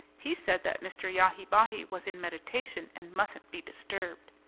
he said that mr. yahi-bahi was in meditation and mustn't be disturbed.